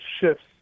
shifts